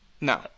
No